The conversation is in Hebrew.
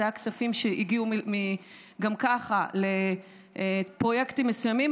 אלה היו כספים שהגיעו גם ככה לפרויקטים מסוימים,